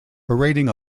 parading